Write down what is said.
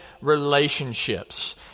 relationships